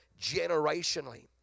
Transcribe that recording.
generationally